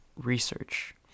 research